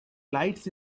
lights